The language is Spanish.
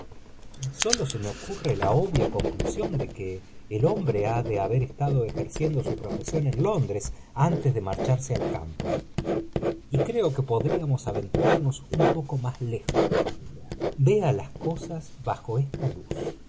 j c ui i a obvia conclusión de que r ombre ha de haber estado ejerciendo su profesión en londres antes de marcharse al campo creo que podríamos aventuramos un poco pas lejos todavía vea las cosas bajo esta lu